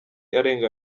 arenga